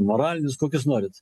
moralinius kokius norit